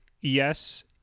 yes